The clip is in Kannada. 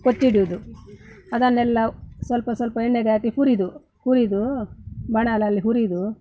ಕೊಚ್ಚಿಡೋದು ಅದನ್ನೆಲ್ಲ ಸ್ವಲ್ಪ ಸ್ವಲ್ಪ ಎಣ್ಣೆಗಾಕಿ ಪುರಿದು ಹುರಿದು ಬಾಣಲೇಲಿ ಹುರಿದು